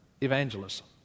evangelism